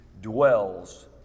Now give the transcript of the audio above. dwells